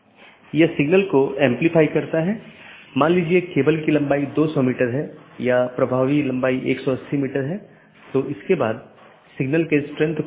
network layer की जानकारी क्या है इसमें नेटवर्क के सेट होते हैं जोकि एक टपल की लंबाई और उपसर्ग द्वारा दर्शाए जाते हैं जैसा कि 14 202 में 14 लम्बाई है और 202 उपसर्ग है और यह उदाहरण CIDR रूट है